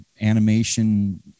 animation